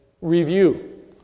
review